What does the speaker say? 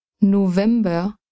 November